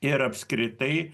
ir apskritai